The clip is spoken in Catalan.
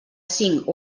cinc